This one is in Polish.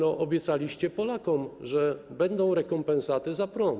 Obiecaliście Polakom, że będą rekompensaty za prąd.